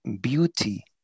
beauty